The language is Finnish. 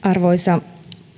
arvoisa